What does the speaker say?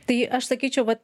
tai aš sakyčiau va